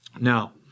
Now